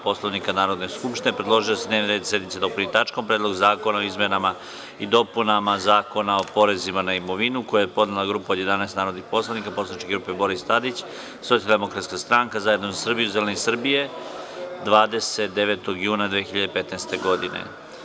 Poslovnika Narodne skupštine predložio je da se dnevni red sednice dopuni tačkom – Predlog zakona o izmenama i dopunama Zakona o porezima na imovinu, koji je podnela grupa od 11 narodnih poslanika poslaničke grupe Boris Tadić, Socijaldemokratska stranka, Zajedno za Srbiju i Zeleni Srbije, 29. juna 2015. godine.